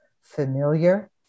familiar